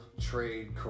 trade